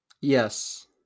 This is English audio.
Yes